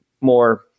more